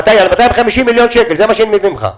250 מיליון שקלים, זה מה שאני מבין ממך.